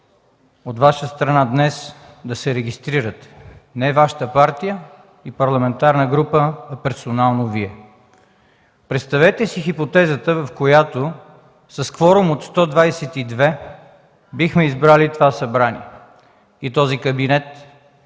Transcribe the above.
от Ваша страна днес да се регистрирате. Не Вашата партия и парламентарна група, а персонално Вие! Представете си хипотезата, в която с кворум от 122 бихме избрали това събрание и този кабинет.